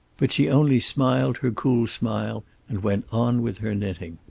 but she only smiled her cool smile and went on with her knitting.